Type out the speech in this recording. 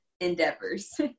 endeavors